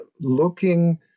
looking